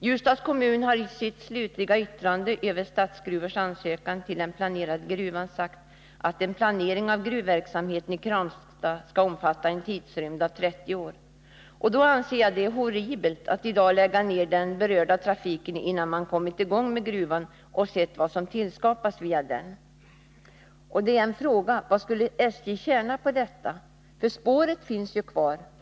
Ljusdals kommun har i sitt slutliga yttrande över AB Statsgruvors ansökan om tillstånd att öppna den planerade gruvan sagt att en planering av gruvverksamhet i Kramsta skall omfatta en tidsrymd av 30 år. Då är det horribelt att i dag lägga ned den berörda trafiken innan man kommit i gång med gruvan och sett vad som kan tillskapas via den. Och då uppstår en fråga: Vad skulle SJ tjäna på detta? Spåret och kajen finns ju kvar.